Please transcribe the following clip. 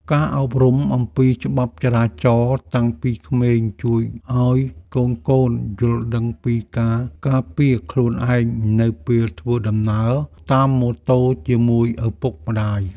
ការអប់រំអំពីច្បាប់ចរាចរណ៍តាំងពីក្មេងជួយឱ្យកូនៗយល់ដឹងពីការការពារខ្លួនឯងនៅពេលធ្វើដំណើរតាមម៉ូតូជាមួយឪពុកម្តាយ។